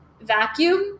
Vacuum